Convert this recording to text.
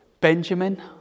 Benjamin